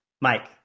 Mike